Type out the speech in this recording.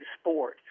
sport